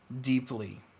deeply